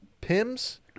Pim's